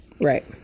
Right